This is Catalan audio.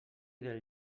del